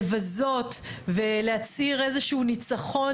לבזות ולהצהיר איזשהו ניצחון,